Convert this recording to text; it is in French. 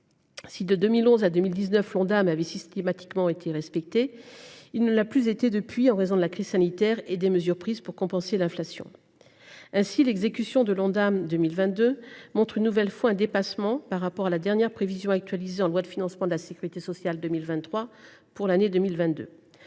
Si, de 2011 à 2019, l’Ondam a systématiquement été respecté, il ne l’a plus été depuis, en raison de la crise sanitaire et des mesures prises pour compenser l’inflation. Ainsi, l’exécution de 2022 montre une nouvelle fois un dépassement par rapport à la dernière prévision actualisée en loi de financement de la sécurité sociale pour 2023.